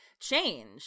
change